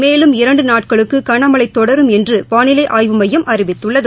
மேலும் இரண்டு நாட்களுகளில் கனமழை தொடரும் என்று வானிலை ஆய்வு மையம் அறிவித்துள்ளது